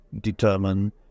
determine